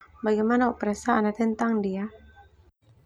Bagaimana oh perasaan ah tentang ndia?